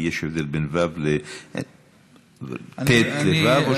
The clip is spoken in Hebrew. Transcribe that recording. כי יש הבדל בין ו' בין ט' לו' או,